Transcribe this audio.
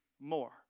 more